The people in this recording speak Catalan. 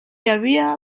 havia